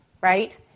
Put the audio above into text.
right